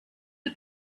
the